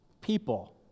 people